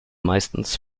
meistens